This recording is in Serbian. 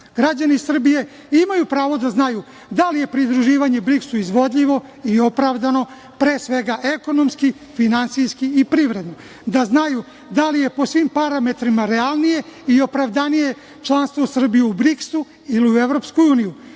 Građani Srbije imaju pravo da znaju da li je pridruživanje BRIKS-u izvodljivo i opravdano, pre svega, ekonomski, finansijski i privredno, da znaju da li je po svim parametrima realnije i opravdanije članstvo Srbije u BRIKS-u ili u EU, što nam